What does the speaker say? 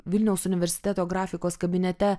vilniaus universiteto grafikos kabinete